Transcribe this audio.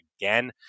again